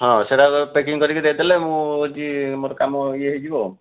ହଁ ସେଇଟା ପ୍ୟାକିଙ୍ଗ୍ କରିକି ଦେଇଦେଲେ ମୁଁ ହେଉଛି ମୋର କାମ ଇଏ ହେଇଯିବ